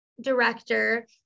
director